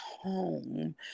home